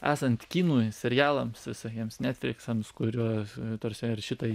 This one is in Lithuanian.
esant kinui serialams visokiems netfliksams kurios tarsi ar šitai